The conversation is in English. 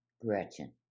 Gretchen